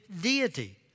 deity